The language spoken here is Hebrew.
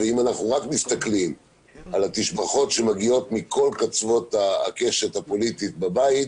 ואם אנחנו רק מסתכלים על התשבחות שמגיעות מכל קצוות הקשת הפוליטית בבית,